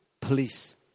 police